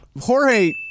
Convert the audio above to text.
Jorge